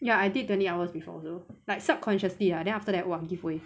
ya I did twenty hours before also like subconsciously lah then after that will give way